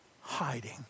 hiding